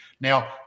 Now